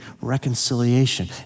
reconciliation